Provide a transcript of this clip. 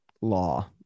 law